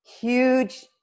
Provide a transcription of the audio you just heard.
huge